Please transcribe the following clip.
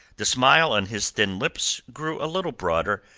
the smile on his thin lips grew a little broader,